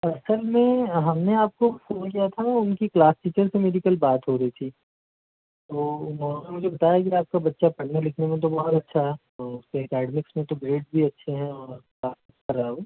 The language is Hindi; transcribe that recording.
असल मैं हमने आपको फोन किया था उनकी क्लास टीचर से मेरी कल बात हो रही थी तो वो उन्होंने मुझे बताया कि आपका बच्चा पढ़ने लिखने में तो बहुत अच्छा है और उसके एकेडमिक्स मैं तो ग्रेड भी अच्छे हैं और